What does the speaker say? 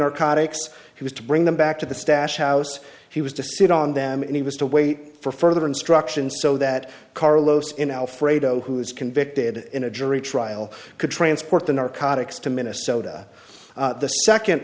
narcotics he was to bring them back to the stash house he was to sit on them and he was to wait for further instructions so that carlos in alfredo who was convicted in a jury trial could transport the narcotics to minnesota the